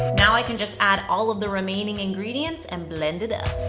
now i can just add all of the remaining ingredients and blend it up.